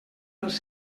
dels